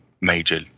major